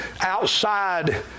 outside